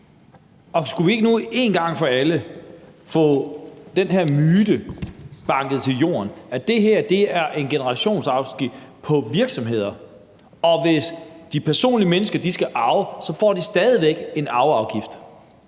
Skulle vi nu ikke en gang for alle få den her myte banket til jorden. Det her er en generationsafgift på virksomheder, og hvis de mennesker skal arve, bliver de stadig væk pålagt en arveafgift.